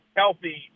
healthy